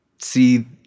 see